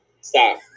Stop